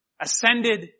ascended